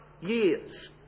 years